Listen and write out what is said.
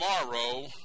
tomorrow